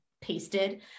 pasted